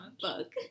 book